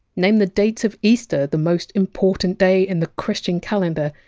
name the dates of easter, the most important day in the christian calendar,